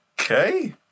okay